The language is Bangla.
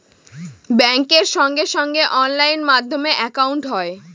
ব্যাঙ্কের সঙ্গে সঙ্গে অনলাইন মাধ্যমে একাউন্ট হয়